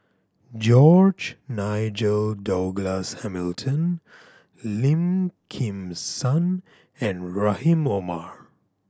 George Nigel Douglas Hamilton Lim Kim San and Rahim Omar